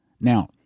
Now